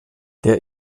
der